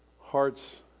heart's